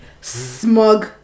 smug